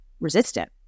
resistant